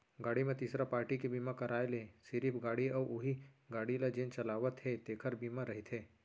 गाड़ी म तीसरा पारटी के बीमा कराय ले सिरिफ गाड़ी अउ उहीं गाड़ी ल जेन चलावत हे तेखर बीमा रहिथे